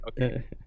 Okay